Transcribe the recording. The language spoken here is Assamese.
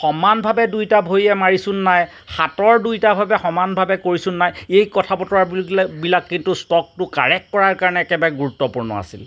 সমানভাৱে দুইটা ভৰিয়ে মাৰিছোঁ নে নাই হাতৰ দুইটাভাৱে সমানভাৱে কৰিছোঁ নে নাই এই কথা বতৰা বিলাক কিন্তু ষ্টকটো কাৰেক্ট কৰাৰ কাৰণে একেবাৰে গুৰুত্বপূৰ্ণ আছিল